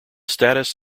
status